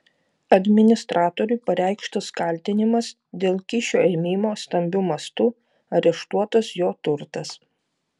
administratoriui pareikštas kaltinimas dėl kyšio ėmimo stambiu mastu areštuotas jo turtas